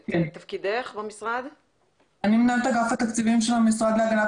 אני מנהלת אגף התקציבים של המשרד להגנת